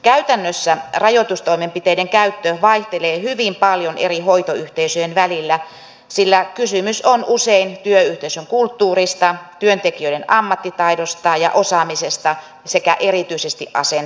käytännössä rajoitustoimenpiteiden käyttö vaihtelee hyvin paljon eri hoitoyhteisöjen välillä sillä kysymys on usein työyhteisön kulttuurista työntekijöiden ammattitaidosta ja osaamisesta sekä erityisesti asenteista